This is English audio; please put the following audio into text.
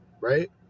right